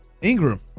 Ingram